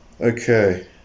Okay